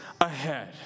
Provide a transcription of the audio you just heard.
ahead